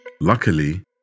Luckily